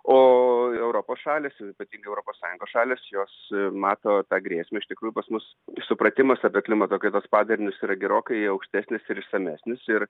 o europos šalys jau ypatingai europos sąjungos šalys jos mato tą grėsmę iš tikrųjų pas mus supratimas apie klimato kaitos padarinius yra gerokai aukštesnis ir išsamesnis ir